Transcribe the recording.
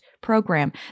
program